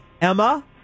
Emma